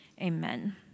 Amen